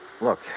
Look